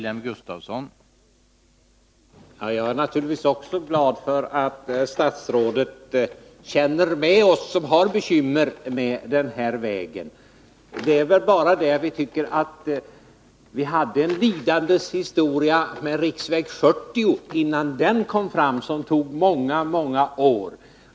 Herr talman! Jag är naturligtvis också glad över att statsrådet känner med oss som har bekymmer med riksväg 41. Vi hade en lidandes historia med riksväg 40. Det tog många, många år innan den blev klar.